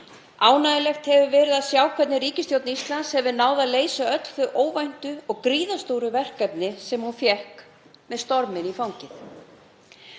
Ánægjulegt hefur verið að sjá hvernig ríkisstjórn Íslands hefur náð að leysa öll þau óvæntu og gríðarstóru verkefni sem hún hefur fengið, með storminn í fangið.